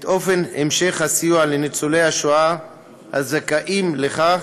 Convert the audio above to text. את אופן המשך הסיוע לניצולי השואה הזכאים לכך